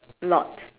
lot